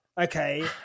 okay